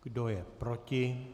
Kdo je proti?